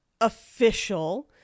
official